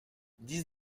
dix